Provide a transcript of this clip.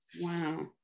Wow